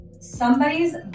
Somebody's